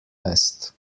west